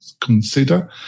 consider